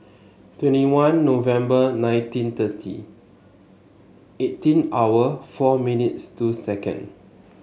twenty one November nineteen thirty eighteen hour four minutes two second